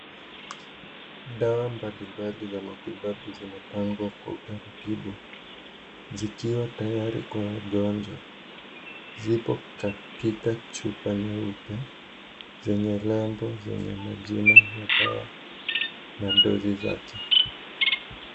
Dawa mbalimbali za matibabu zimepangwa kwa utaratibu. Zikiwa tayari kwa wagonjwa. Zipo katika chupa nyeupe, zenye nembo zenye majina ya dawa na dozi zake.